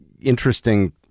interesting